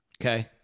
Okay